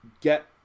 get